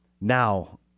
now